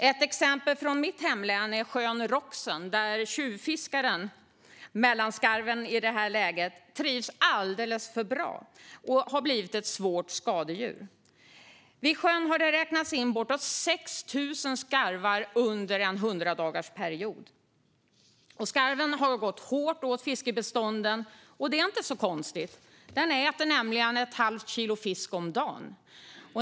Ett exempel från mitt hemlän är sjön Roxen, där "tjuvfiskaren" mellanskarven i nuläget trivs alldeles för bra och har blivit ett svårt skadedjur. Vid sjön har man räknat till bortåt 6 000 skarvar under en period på 100 dagar. Skarven har gått hårt åt fiskebestånden, och det är inte så konstigt - den äter nämligen ett halvt kilo fisk om dagen.